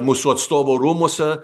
mūsų atstovų rūmuose